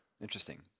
Interesting